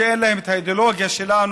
שאין להם את האידיאולוגיה שלנו,